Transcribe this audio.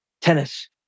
tennis